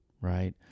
right